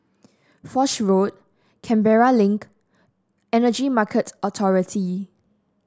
Foch Road Canberra Link Energy Market Authority